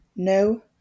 No